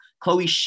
Chloe